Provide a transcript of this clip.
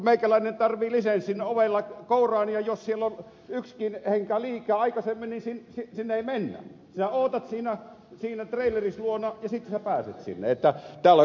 meikäläinen tarvitsee lisenssin ovella kouraan ja jos siellä on yksikin henkilö liikaa sinne ei mennä sinä odotat siinä trailerisi luona ja sitten sinä pääset sinne